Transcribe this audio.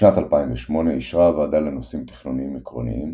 בשנת 2008 אישרה הוועדה לנושאים תכנוניים עקרוניים,